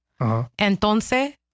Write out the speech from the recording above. entonces